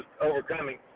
overcoming